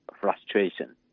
frustration